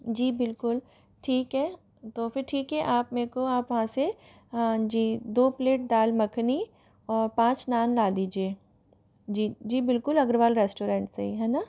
जी बिल्कुल ठीक है तो फिर ठीक है आप मेरे को आप वहाँ से जी दो प्लेट दाल मखनी और पाँच नान ला दीजिए जी जी बिल्कुल अग्रवाल रेस्टोरेंट से ही है न